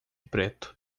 preto